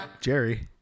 Jerry